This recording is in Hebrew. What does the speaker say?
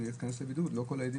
הוא ייכנס לבידוד.